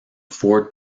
ford